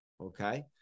okay